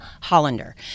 Hollander